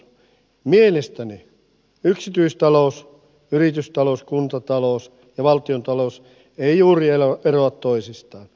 mielestäni yksityistalous yritystalous kuntatalous ja valtiontalous eivät juuri eroa toisistaan